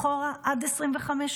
אחורה עד 2025,